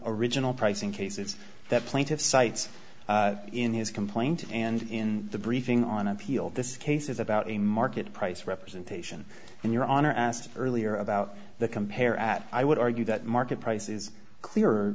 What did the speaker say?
original pricing cases that plaintiff's cites in his complaint and in the briefing on appeal this case is about a market price representation and your honor asked earlier about the compare at i would argue that market price is clear